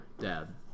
Dad